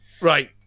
Right